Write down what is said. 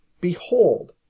Behold